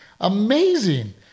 amazing